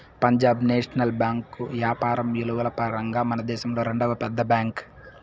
పంజాబ్ నేషనల్ బేంకు యాపారం ఇలువల పరంగా మనదేశంలో రెండవ పెద్ద బ్యాంక్